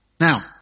Now